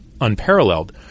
unparalleled